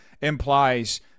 implies